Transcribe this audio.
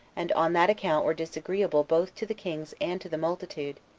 and on that account were disagreeable both to the kings and to the multitude,